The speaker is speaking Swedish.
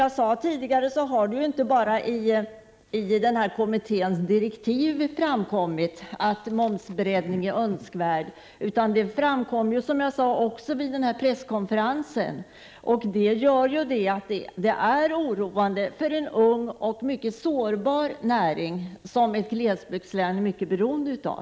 Att en momsbreddning är önskvärd har ju — som jag sade tidigare — framkommit inte bara i direktiven till kommittén utan också vid presskonferensen häromdagen. Det är oroande för en ung och mycket sårbar näring som ett glesbygdslän är mycket beroende av.